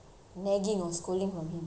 if only they turned up on time